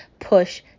push